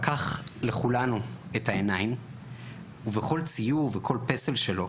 פקח לכולנו את העיניים ובכל ציור וכל פסל שלו,